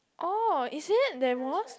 oh is it there was